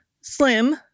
Slim